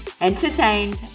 entertained